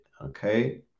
okay